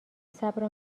صبر